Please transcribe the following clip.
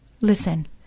Listen